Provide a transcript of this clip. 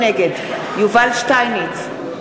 נגד יובל שטייניץ,